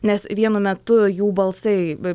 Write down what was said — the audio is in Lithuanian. nes vienu metu jų balsai